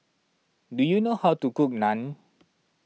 do you know how to cook Naan